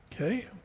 Okay